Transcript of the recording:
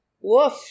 Woof